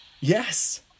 Yes